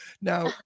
Now